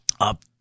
up